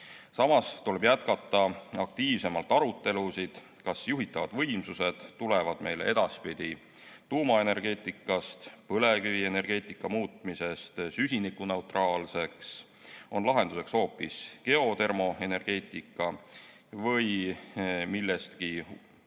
Samas tuleb jätkata aktiivsemalt arutelusid, kas juhitavad võimsused tulevad meile edaspidi tuumaenergeetikast, põlevkivienergeetika muutmisest süsinikuneutraalseks või on lahenduseks hoopis geotermoenergeetika või midagi uuemat